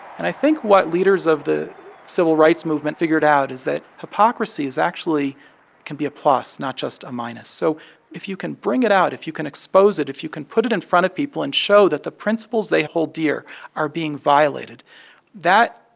and i think what leaders of the civil rights movement figured out is that hypocrisies actually can be a plus, not just a minus. so if you can bring it out if you can expose expose it, if you can put it in front of people and show that the principles they hold dear are being violated that,